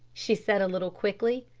she said a little quickly.